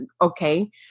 Okay